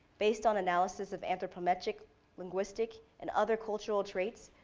based on analysis of anthropometric linguistic and other cultural traits,